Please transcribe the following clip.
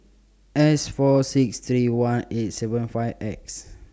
S four six three one eight seven five X